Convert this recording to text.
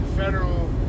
federal